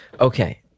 Okay